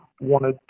wanted